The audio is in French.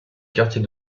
quartier